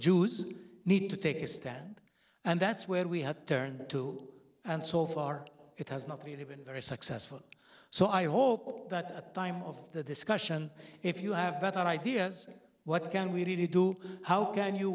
jews need to take a stand and that's where we have turned to and so far it has not really been very successful so i hope that time of the discussion if you have better ideas what can we really do how can you